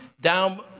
down